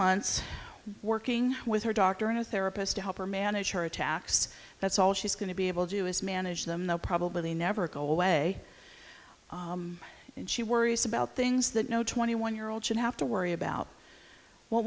months working with her doctor in a therapist to help her manage her attacks that's all she's going to be able to do is manage them they'll probably never go away and she worries about things that no twenty one year old should have to worry about w